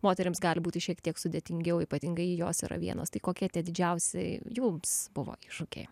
moterims gali būti šiek tiek sudėtingiau ypatingai jos yra vienos tai kokie tie didžiausi jums buvo iššūkiai